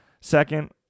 Second